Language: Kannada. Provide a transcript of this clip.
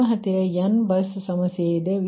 ನಿಮ್ಮ ಹತ್ತಿರ n ಬಸ್ ಸಮಸ್ಯೆ ಇದೆ